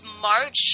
march